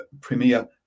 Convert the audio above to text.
Premier